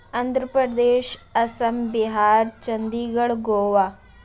Andhra Pradesh Assam Bihar Chandigarh Goa